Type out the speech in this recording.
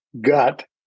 gut